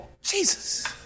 Jesus